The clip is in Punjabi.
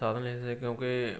ਸਾਧਨ ਲੈ ਸਕੇ ਕਿਉਂਕਿ